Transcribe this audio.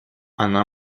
она